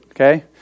okay